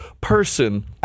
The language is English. person